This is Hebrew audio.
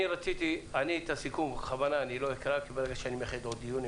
אני לא אקרא את הסיכום כי ברגע שאני מייחד עוד דיון,